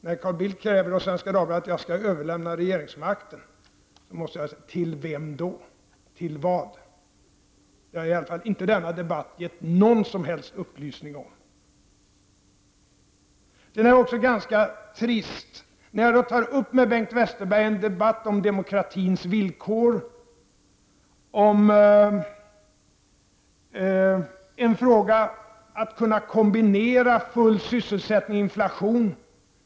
När Carl Bildt i Svenska Dagbladet kräver att jag skall överlämna regeringsmakten, måste jag fråga: Till vem då? Till vad? Det har i alla fall inte denna debatt gett någon som helst upplysning om. Det är också ganska trist, när jag har tagit upp en debatt med Bengt Westerberg om demokratins villkor och om att kunna kombinera full sysselsättning och låg inflation.